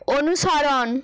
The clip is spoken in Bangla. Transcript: অনুসরণ